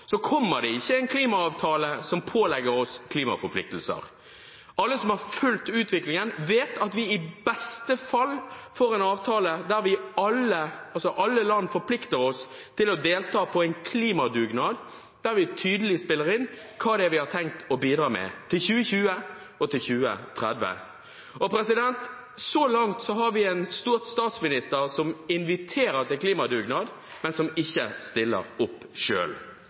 kommer det ikke en klimaavtale som pålegger oss klimaforpliktelser. Alle som har fulgt utviklingen, vet at vi i beste fall får en avtale der alle land forplikter seg til å delta på en klimadugnad der vi tydelig spiller inn hva det er vi har tenkt å bidra med fram til 2020 og 2030. Så langt har vi en stolt statsminister som inviterer til klimadugnad, men som ikke stiller opp